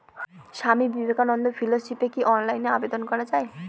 স্বামী বিবেকানন্দ ফেলোশিপে কি অনলাইনে আবেদন করা য়ায়?